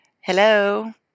hello